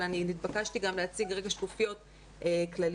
אבל נתבקשתי גם להציג רגע שקופיות כלליות,